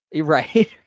Right